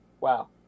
wow